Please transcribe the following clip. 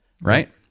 right